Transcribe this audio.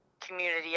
community